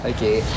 Okay